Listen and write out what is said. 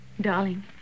Darling